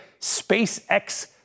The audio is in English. SpaceX